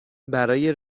برای